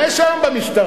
מה יש היום במשטרה?